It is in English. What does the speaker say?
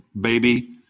baby